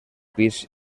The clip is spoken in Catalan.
pis